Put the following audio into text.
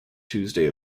tuesday